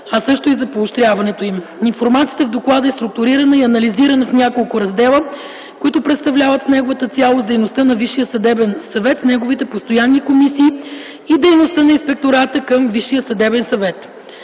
а също и за поощряването им. Информацията в доклада е структурирана и анализирана в няколко раздела, които представят в неговата цялост дейността на Висшия съдебен съвет с неговите постоянни комисии и дейността на Инспектората към ВСС,